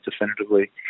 definitively